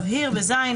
בפסקה (ז).